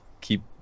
keep